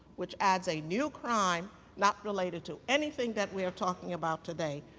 which adds a new crime not related to anything that we're talking about today,